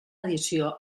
edició